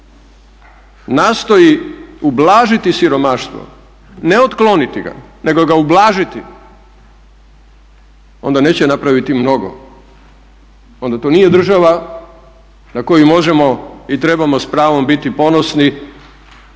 nastoji ublažiti siromaštvo, ne otkloniti ga nego ga ublažiti, onda neće napraviti mnogo, onda to nije država na koju možemo i trebamo s pravom biti ponosni